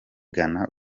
ghana